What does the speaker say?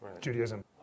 Judaism